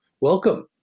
Welcome